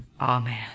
amen